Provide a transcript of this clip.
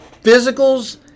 physicals